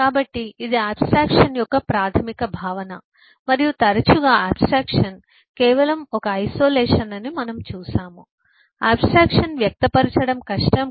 కాబట్టి ఇది ఆబ్స్ట్రాక్షన్ యొక్క ప్రాథమిక భావన మరియు తరచుగా ఆబ్స్ట్రాక్షన్ కేవలం ఒక ఐసోలేషన్ అని మనం చూస్తాము ఆబ్స్ట్రాక్షన్ వ్యక్తపరచడం కష్టం